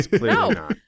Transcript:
No